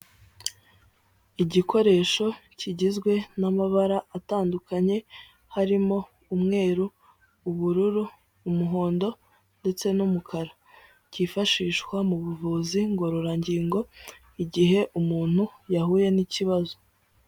Igikoresho kigizwe n'amabara atandukanye, harimo umweru ubururu, umuhondo ndetse n'umukara, cyifashishwa mu buvuzi ngororangingo, igihe umuntu yahuye n'ikibazo.